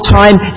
time